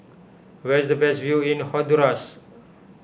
where is the best view in Honduras